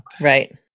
right